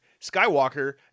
Skywalker